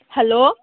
hello